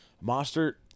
Monster